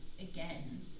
again